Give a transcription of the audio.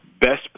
best